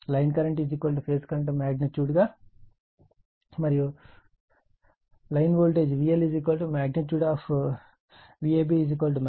కాబట్టి line current phase current magnitude మరియు line voltage VL Vab Vbc Vca కాబట్టి అవన్నీ ఒకటే